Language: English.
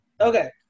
okay